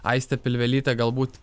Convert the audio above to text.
aistė pilvelytė galbūt